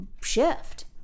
shift